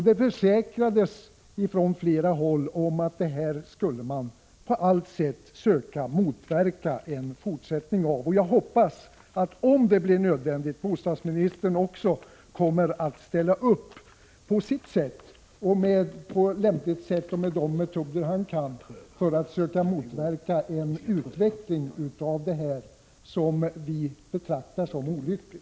Från flera håll försäkrades att man på allt sätt skulle försöka motverka detta. Om det blir nödvändigt hoppas jag att även bostadsministern kommer att ställa upp — på sitt sätt och med de metoder som kan anses lämpliga — för att motverka en utveckling som enligt vår mening är olycklig.